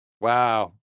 Wow